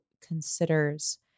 considers